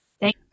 Thank